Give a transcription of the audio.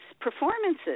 performances